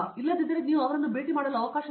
ಇಲ್ಲದಿದ್ದರೆ ನೀವು ಅವರನ್ನು ಭೇಟಿ ಮಾಡಲು ಅವಕಾಶವಿಲ್ಲ